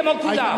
כמו כולם.